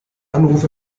anruf